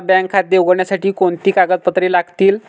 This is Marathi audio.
मला बँक खाते उघडण्यासाठी कोणती कागदपत्रे लागतील?